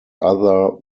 other